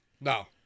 No